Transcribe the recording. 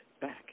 back